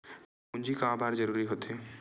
पूंजी का बार जरूरी हो थे?